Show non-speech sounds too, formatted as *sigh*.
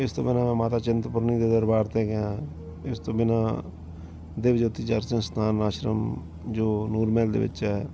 ਇਸ ਤੋਂ ਬਿਨਾਂ ਮੈਂ ਮਾਤਾ ਚਿੰਤਪੁਰਨੀ ਦੇ ਦਰਬਾਰ 'ਤੇ ਗਿਆ ਇਸ ਤੋਂ ਬਿਨਾਂ ਦੇਵ ਜੋਤੀ *unintelligible* ਸਥਾਨ ਆਸ਼ਰਮ ਜੋ ਨੂਰ ਮਹਿਲ ਦੇ ਵਿੱਚ ਹੈ